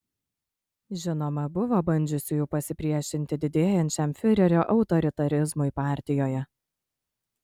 žinoma buvo bandžiusiųjų pasipriešinti didėjančiam fiurerio autoritarizmui partijoje